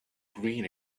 green